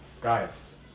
guys